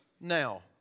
Now